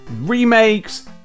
remakes